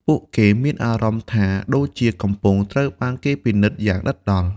ពួកគេមានអារម្មណ៍ថាដូចជាកំពុងត្រូវបានគេពិនិត្យយ៉ាងដិតដល់។